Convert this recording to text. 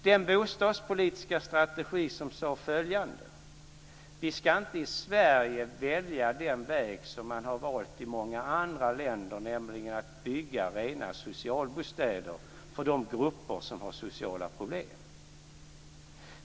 Denna bostadspolitiska strategi sade följande: Vi ska inte i Sverige välja den väg som man har valt i många andra länder, nämligen att bygga rena socialbostäder för de grupper som har sociala problem.